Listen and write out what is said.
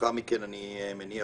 לאחר מכן אני מניח